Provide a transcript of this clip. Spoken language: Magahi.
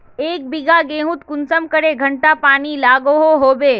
एक बिगहा गेँहूत कुंसम करे घंटा पानी लागोहो होबे?